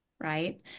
right